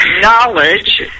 knowledge